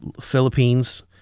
Philippines